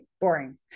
Boring